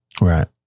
right